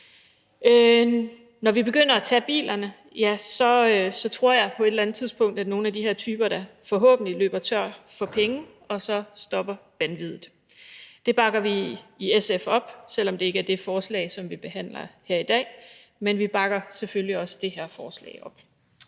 Når vi begynder at tage bilerne, tror jeg, at nogle af de her typer på et eller andet tidspunkt – forhåbentlig da – løber tør for penge, og så stopper vanviddet. Det bakker vi i SF op, selv om det ikke er det forslag, vi behandler her i dag. Men vi bakker selvfølgelig også op om det her forslag.